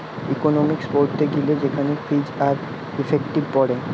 economics পড়তে গিলে সেখানে ফিজ আর ইফেক্টিভ পড়ে